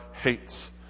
hates